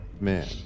Man